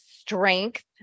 strength